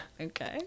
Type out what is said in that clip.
Okay